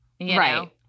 right